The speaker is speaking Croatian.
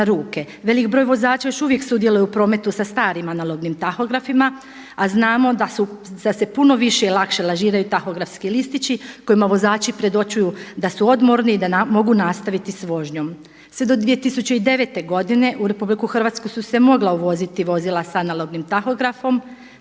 Velik broj vozača još uvijek sudjeluje u prometu sa starim analognim tahografima, a znamo da se puno više i lakše lažiraju tahografski listići kojima vozači predočuju da su odmorni i da mogu nastaviti s vožnjom. Sve do 2009. godine u RH su se mogla uvoziti vozila sa analognim tahografom,